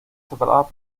separadas